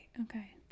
okay